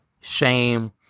shame